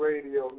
Radio